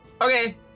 Okay